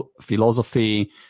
philosophy